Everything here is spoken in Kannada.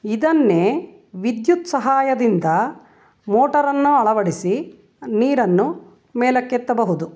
ಇದನ್ನೇ ವಿದ್ಯುತ್ ಸಹಾಯದಿಂದ ಮೋಟರನ್ನು ಅಳವಡಿಸಿ ನೀರನ್ನು ಮೇಲಕ್ಕೆತ್ತಬಹುದು